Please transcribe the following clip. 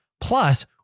Plus